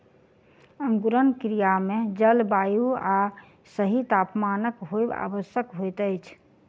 अंकुरण क्रिया मे जल, वायु आ सही तापमानक होयब आवश्यक होइत अछि